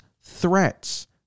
Threats